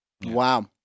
Wow